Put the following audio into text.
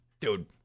dude